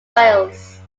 wales